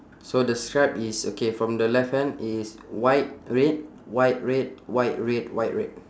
so the stripe is okay from the left hand it's white red white red white red white red